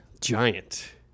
Giant